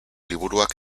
liburuak